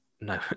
No